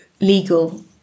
legal